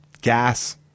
gas